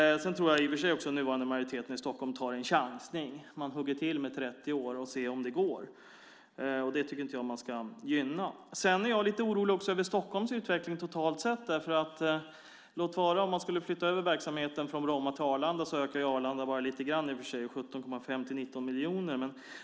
Sedan tror jag också att den nuvarande majoriteten i Stockholm tar en chans. Man hugger till med 30 år och ser om det går. Det tycker inte jag att man ska gynna. Sedan är jag också lite orolig över Stockholms utveckling totalt sett. Om man skulle flytta över verksamheten från Bromma till Arlanda ökar Arlanda bara lite grann, 17,5 till 19 miljoner.